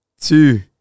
two